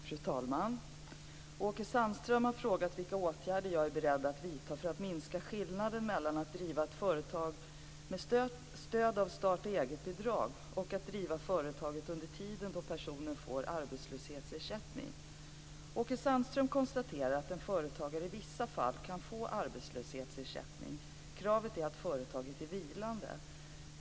Fru talman! Åke Sandström har frågat vilka åtgärder jag är beredd att vidta för att minska skillnaderna mellan att driva ett företag med stöd av startaeget-bidrag och att driva företaget under tiden då personen får arbetslöshetsersättning. Åke Sandström konstaterar att en företagare i vissa fall kan få arbetslöshetsersättning. Kravet är att företaget är vilande.